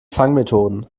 fangmethoden